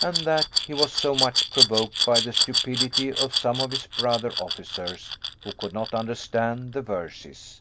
and that he was so much provoked by the stupidity of some of his brother officers who could not understand the verses,